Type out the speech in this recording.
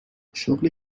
شغلی